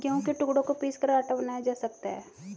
गेहूं के टुकड़ों को पीसकर आटा बनाया जा सकता है